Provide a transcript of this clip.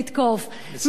מישהו כאן השתגע.